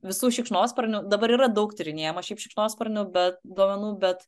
visų šikšnosparnių dabar yra daug tyrinėjama šiaip šikšnosparnių bet duomenų bet